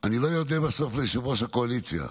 אני לא אודה בסוף ליושב-ראש הקואליציה.